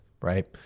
right